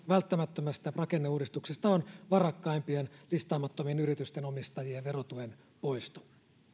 välttämättömästä rakenneuudistuksesta on varakkaimpien listaamattomien yritysten omistajien verotuen poisto